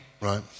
Right